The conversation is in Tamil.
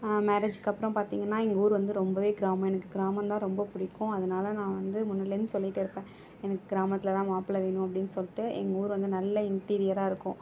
மேரேஜுக்கு அப்புறம் பார்த்திங்கன்னா இவங்க ஊர் வந்து ரொம்ப கிராமம் எனக்கு கிராமம்தான் ரொம்ப பிடிக்கும் அதனால் நான் வந்து முன்னலேருந்து சொல்லிகிட்டே இருப்பேன் எனக்கு கிராமத்தில்தான் மாப்பிள வேணும் அப்டின்னு சொல்லிட்டு எங்கூர் வந்து நல்ல இன்டிரியராக இருக்கும்